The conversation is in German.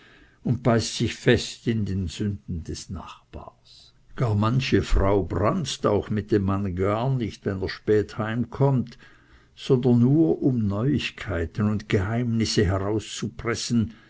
und sich festbeißt in die sünden des nachbars gar manche frau branzt auch mit dem manne gar nicht weil er spät heimkommt sondern nur um neuigkeiten und geheimnisse herauszupressen